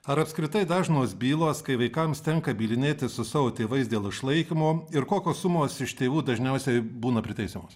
ar apskritai dažnos bylos kai vaikams tenka bylinėtis su savo tėvais dėl išlaikymo ir kokios sumos iš tėvų dažniausiai būna priteisiamos